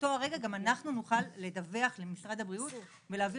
ברור שהמשרד יפתח, יקרא לוועדה ויגיד